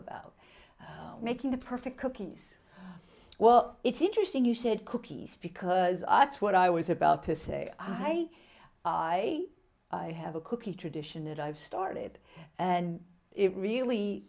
about making the perfect cookies well it's interesting you said cookies because i it's what i was about to say hey i have a cookie tradition that i've started and it really